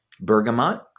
bergamot